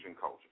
culture